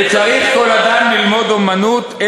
וצריך כל אדם ללמוד אומנות.